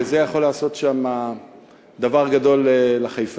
וזה יכול לעשות שם דבר גדול לחיפאים.